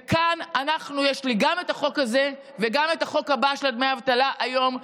וכאן יש לי גם את החוק הזה וגם את החוק הבא של דמי האבטלה היום,